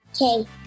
Okay